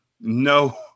no